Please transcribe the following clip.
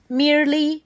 merely